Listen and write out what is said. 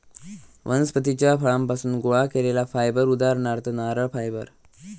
वनस्पतीच्या फळांपासुन गोळा केलेला फायबर उदाहरणार्थ नारळ फायबर